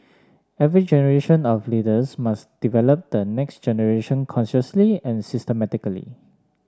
every generation of leaders must develop the next generation consciously and systematically